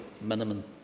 minimum